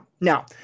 Now